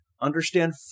understand